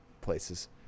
places